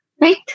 right